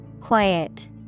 Quiet